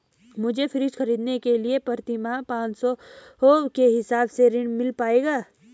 मुझे फ्रीज खरीदने के लिए प्रति माह पाँच सौ के हिसाब से ऋण मिल पाएगा?